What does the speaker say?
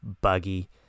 buggy